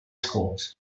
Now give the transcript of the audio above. schools